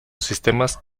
sistemas